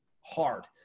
hard